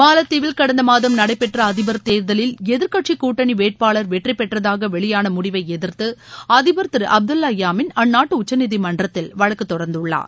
மாலத்தீவில் கடந்த மாதம் நடைபெற்ற அதிபர் தேர்தலில் எதிர்க்கட்சி கூட்டணி வேட்பாளர் வெற்றி பெற்றதாக வெளியான முடிவை எதிர்த்து அதிபர் திரு அப்துல்லா யாமின் அந்நாட்டு உச்சநீதிமன்றத்தில் வழக்கு தொடர்ந்துள்ளார்